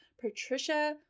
Patricia